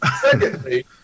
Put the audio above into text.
Secondly